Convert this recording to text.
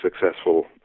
successful